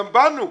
גם בנו,